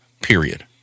period